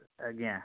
ଆଜ୍ଞା